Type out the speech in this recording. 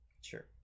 Sure